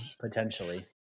potentially